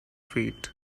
feet